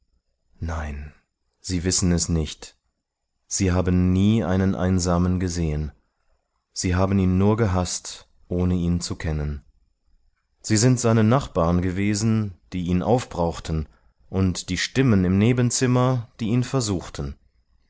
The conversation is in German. nein sie wissen es nicht sie haben nie einen einsamen gesehen sie haben ihn nur gehaßt ohne ihn zu kennen sie sind seine nachbaren gewesen die ihn aufbrauchten und die stimmen im nebenzimmer die ihn versuchten